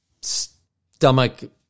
stomach